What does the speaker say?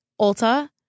Ulta